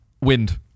Wind